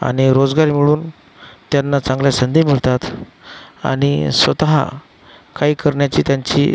आणि रोजगार मिळून त्यांना चांगल्या संधी मिळतात आणि स्वतः काही करण्याची त्यांची